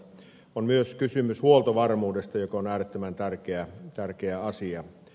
on myös kysymys huoltovarmuudesta joka on äärettömän tärkeä asia